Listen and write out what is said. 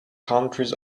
countries